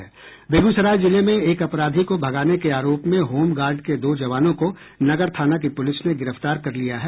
बेगूसराय जिले में एक अपराधी को भगाने के आरोप में होमगार्ड के दो जवानों को नगर थाना की पुलिस ने गिरफ्तार कर लिया है